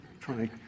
trying